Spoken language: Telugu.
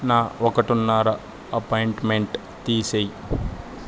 నా ఒకటిన్నర అప్పాయింట్మెంట్ తీసేయి